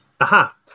Aha